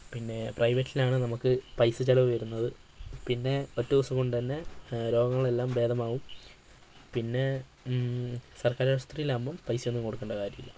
പിന്നെ പ്രൈവറ്റിലാണ് നമുക്ക് പൈസച്ചിലവ് വരുന്നത് പിന്നെ ഒറ്റ ദിവസം കൊണ്ടുതന്നെ രോഗങ്ങളെല്ലാം ഭേദമാവും പിന്നെ സർക്കാർ ആശുപത്രിയിലാവുമ്പം പൈസയൊന്നും കൊടുക്കണ്ട കാര്യമില്ല